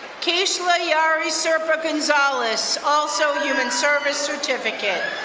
kasla yari serpa gonzales, also human service certificate.